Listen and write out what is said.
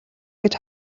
гэж